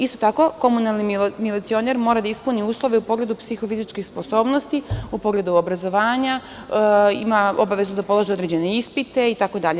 Isto tako, komunalni milicioner mora da ispuni uslov da je u pogledu psihofizičke sposobnosti, u pogledu obrazovanja ima obavezu da položi određene ispite i tako dalje.